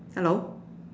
hello